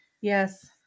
yes